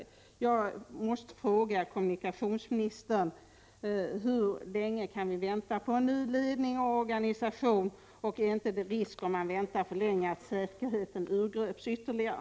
Jag måste fråga kommunikationsministern: Hur länge skall vi vänta på en ny ledning och organisation inom SJ? Är det inte risk, om man väntar för länge, att säkerheten urgröps ytterligare?